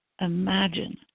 imagine